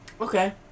Okay